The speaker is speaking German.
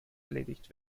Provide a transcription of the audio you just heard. erledigt